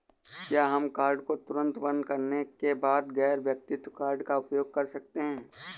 क्या हम कार्ड को तुरंत बंद करने के बाद गैर व्यक्तिगत कार्ड का उपयोग कर सकते हैं?